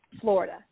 Florida